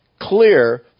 clear